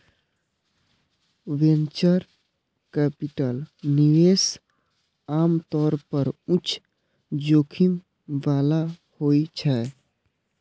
venture capital निवेश आम तौर पर उच्च जोखिम बला होइ छै